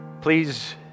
please